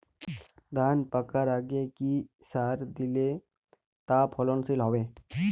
ধান পাকার আগে কি সার দিলে তা ফলনশীল হবে?